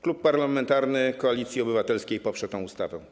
Klub parlamentarny Koalicji Obywatelskiej poprze tę ustawę.